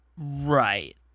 Right